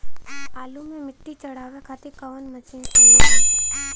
आलू मे मिट्टी चढ़ावे खातिन कवन मशीन सही रही?